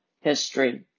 history